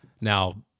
now